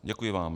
Děkuji vám.